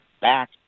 back